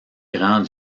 grand